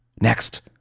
Next